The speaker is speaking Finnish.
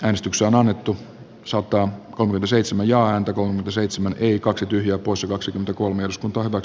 äänestyksen annettu sota on yli seitsemän ja antako seitsemän ii kaksi tyhjää poissa kaksikymmentäkolme uskonto ovat